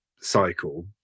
cycle